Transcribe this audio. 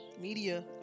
media